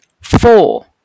Four